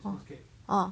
orh orh